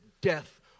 death